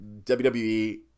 WWE